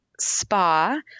spa